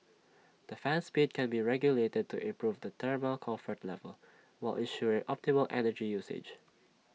the fan speed can be regulated to improve the thermal comfort level while ensuring optimal energy usage